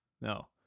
no